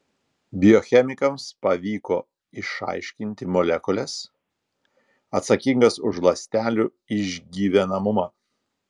biochemikams pavyko išaiškinti molekules atsakingas už ląstelių išgyvenamumą